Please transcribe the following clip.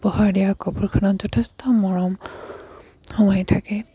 উপহাৰ দিয়া কাপোৰখনত যথেষ্ট মৰম সুমাই থাকে